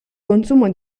consumo